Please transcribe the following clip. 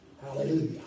Hallelujah